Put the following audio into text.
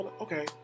Okay